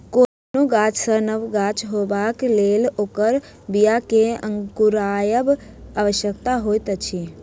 कोनो गाछ सॅ नव गाछ होयबाक लेल ओकर बीया के अंकुरायब आवश्यक होइत छै